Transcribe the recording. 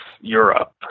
Europe